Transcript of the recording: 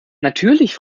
natürlich